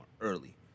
early